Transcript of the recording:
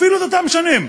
אפילו את אותן שנים,